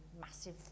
massive